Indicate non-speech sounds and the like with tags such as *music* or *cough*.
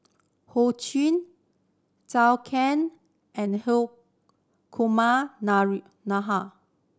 Ho Ching Zhou Can and Hri Kumar *unintelligible*